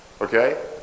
okay